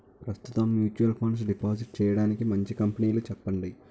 ప్రస్తుతం mutual fund deposit చేయడానికి మంచి కంపెనీలు చెప్పండి